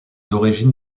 origines